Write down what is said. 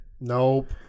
Nope